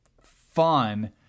fun